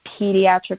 Pediatric